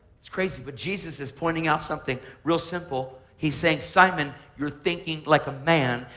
it's crazy, but jesus is pointing out something real simple. he's saying, simon, you're thinking like a man,